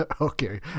Okay